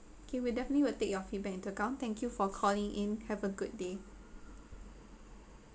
okay we definitely will take your feedback into account thank you for calling in have a good day